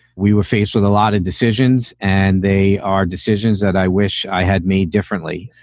we were faced with a lot of decisions. and they are decisions that i wish i had made differently.